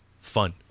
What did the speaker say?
fun